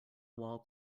wall